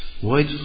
white